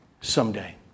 someday